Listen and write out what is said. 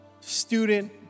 student